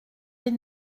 les